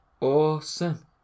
Awesome